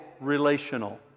relational